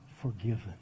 forgiven